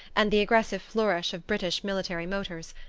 and the aggressive flourish of british military motors.